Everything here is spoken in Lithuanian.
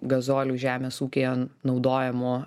gazolių žemės ūkyje naudojamų